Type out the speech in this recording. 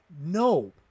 no